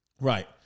Right